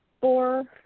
four